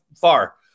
far